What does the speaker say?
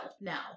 now